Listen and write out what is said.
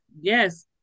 Yes